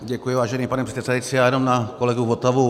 Děkuji, vážený pane předsedající, já jenom na kolegu Votavu.